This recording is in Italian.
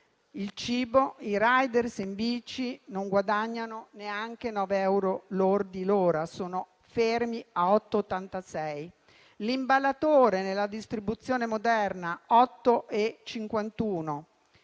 ebbene, i *rider* in bici non guadagnano neanche 9 euro lordi l'ora, ma sono fermi a 8,86. L'imballatore nella distribuzione moderna è